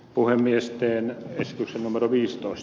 puhemiesten keskuksen numero viisi jos